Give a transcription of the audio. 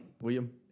William